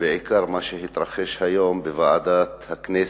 בעיקר מה שהתרחש היום בוועדת הכנסת,